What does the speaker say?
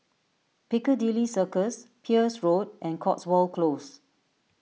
Piccadilly Circus Peirce Road and Cotswold Close